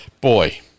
boy